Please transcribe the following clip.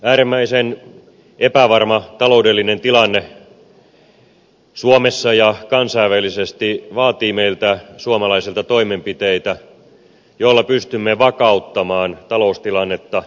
äärimmäisen epävarma taloudellinen tilanne suomessa ja kansainvälisesti vaatii meiltä suomalaisilta toimenpiteitä joilla pystymme vakauttamaan taloustilannetta omalta osaltamme